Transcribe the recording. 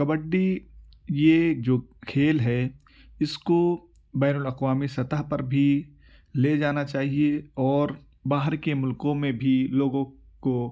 کبڈی یہ جو کھیل ہے اس کو بین الاقوامی سطح پر بھی لے جانا چاہیے اور باہر کے ملکوں میں بھی لوگوں کو